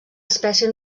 espècie